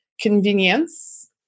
convenience